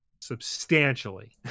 substantially